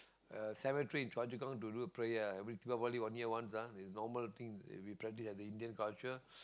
uh cemetery in Choa-Chu-Kang to do prayer ah every Deepavali one year once ah is a normal thing we practice as Indian culture